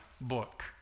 book